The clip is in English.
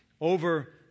Over